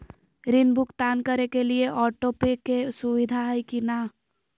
ऋण भुगतान करे के लिए ऑटोपे के सुविधा है की न?